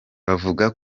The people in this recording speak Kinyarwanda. bavuga